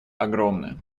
огромны